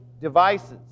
devices